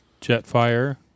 Jetfire